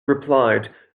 replied